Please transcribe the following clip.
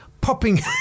popping